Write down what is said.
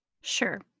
Sure